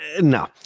No